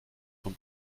von